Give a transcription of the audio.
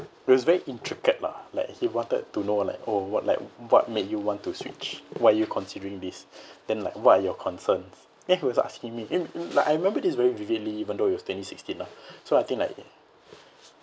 it was very intricate lah like he wanted to know like oh what like what made you want to switch why are you considering this then like what are your concerns then he was asking me like I remember this very vividly even though it was twenty sixteen lah so I think like